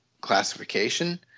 classification